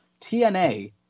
TNA